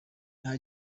nta